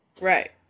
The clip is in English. Right